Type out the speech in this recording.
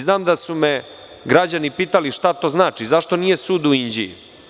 Znam da su me građani pitali šta to znači, zašto nije sud u Inđiji?